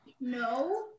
No